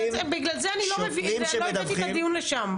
בגלל זה אני לא הבאתי את הדיון לשם.